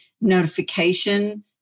notification